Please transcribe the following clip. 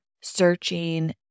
searching